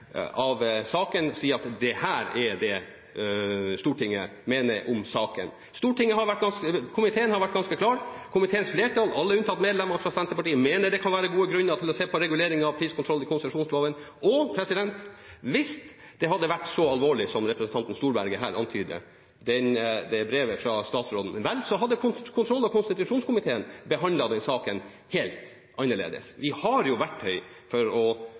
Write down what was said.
av saken og si at dette er det Stortinget mener om saken. Komiteen har vært ganske klar: «Komiteens flertall, alle unntatt medlemmet fra Senterpartiet, mener det kan være gode grunner til å se på reguleringen av priskontrollen i konsesjonsloven.» Og: Hvis brevet fra statsråden hadde vært så alvorlig som representanten Storberget her antyder, hadde kontroll- og konstitusjonskomiteen behandlet den saken helt annerledes. Vi har jo verktøy for å